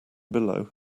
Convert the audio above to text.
below